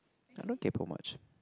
I don't kaypo much